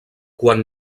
quan